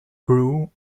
grew